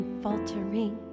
faltering